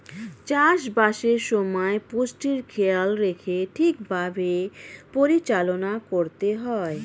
চাষ বাসের সময় পুষ্টির খেয়াল রেখে ঠিক ভাবে পরিচালনা করতে হয়